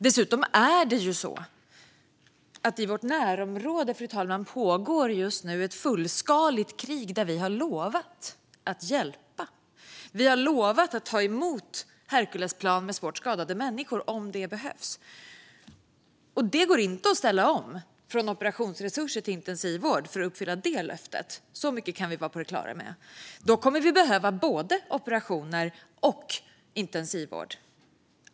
Dessutom pågår i vårt närområde ett fullskaligt krig där vi har lovat att ge hjälp. Vi har lovat att ta emot Herkulesplan med svårt skadade människor - om det behövs. Det går inte att ställa om från operationsresurser till intensivvård för att uppfylla det löftet. Så mycket kan vi vara på det klara med. Då kommer vi att behöva både operationer och intensivvård.